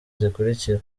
zikurikira